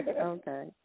Okay